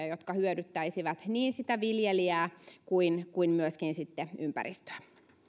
jotka hyödyttäisivät niin sitä viljelijää kuin kuin myöskin sitten ympäristöä